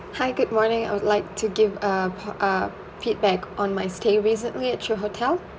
hi good morning I would like to give uh p~ uh feedback on my stay recently at your hotel